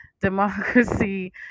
democracy